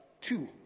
two